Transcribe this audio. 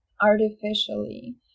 artificially